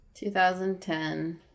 2010